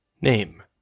Name